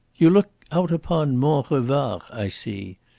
you look out upon mont revard, i see.